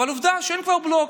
אבל עובדה שכבר אין בלוק,